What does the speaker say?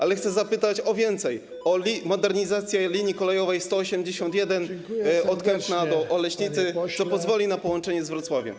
Ale chcę zapytać o więcej, o modernizację linii kolejowej 181 od Kępna do Oleśnicy, co pozwoli na połączenie z Wrocławiem.